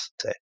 say